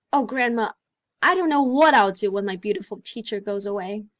oh grandma i don't know what i'll do when my beautiful teacher goes away.